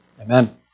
Amen